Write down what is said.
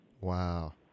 Wow